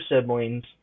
siblings